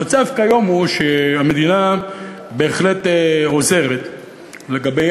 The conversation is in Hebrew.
המצב כיום הוא שהמדינה בהחלט עוזרת לגבי